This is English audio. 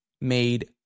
made